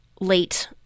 late